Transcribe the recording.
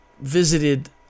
visited